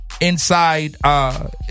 Inside